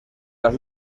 las